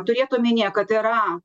turėt omenyje kad yra